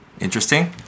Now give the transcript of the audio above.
Interesting